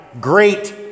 great